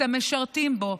את המשרתים בו,